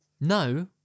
no